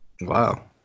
Wow